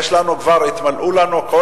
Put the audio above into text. כבר התמלאו לנו,